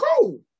cool